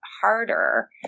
harder